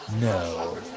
No